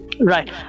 Right